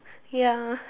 ya